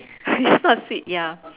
it's not sweet ya